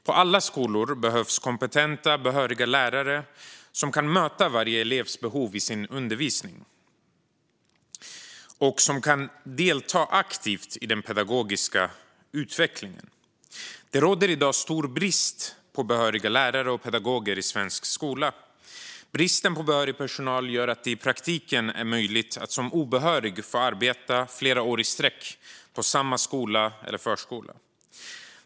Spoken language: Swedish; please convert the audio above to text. På alla skolor behövs kompetenta, behöriga lärare som kan möta varje elevs behov i sin undervisning och som kan delta aktivt i den pedagogiska utvecklingen. Det råder i dag stor brist på behöriga lärare och pedagoger i svensk skola. Bristen på behörig personal gör att det i praktiken är möjligt att som obehörig få arbeta flera år i sträck på samma skola eller förskola.